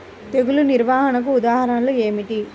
తెగులు నిర్వహణకు ఉదాహరణలు ఏమిటి?